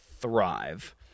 thrive